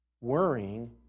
worrying